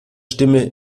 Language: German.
stimme